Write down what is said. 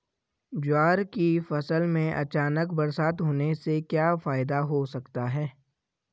ज्वार की फसल में अचानक बरसात होने से क्या फायदा हो सकता है?